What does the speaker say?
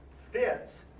fits